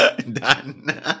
Done